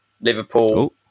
Liverpool